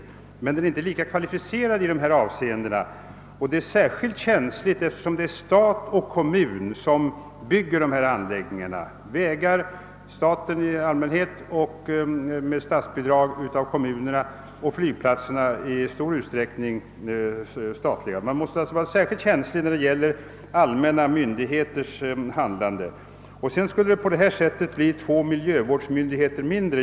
Den är emellertid inte lika kvalificerad i dessa avseenden, och detta är särskilt känsligt eftersom stat och kommun uppför dessa anläggningar — vägarna byggs i allmänhet av staten eller av kommunerna med statsbidrag och flygplatserna byggs i stor utsträckning av staten. Man måste alltså vara särskilt uppmärksam eftersom det gäller allmänna myndigheters handlande. På detta sätt skulle vi även få två miljövårdsmyndigheter mindre.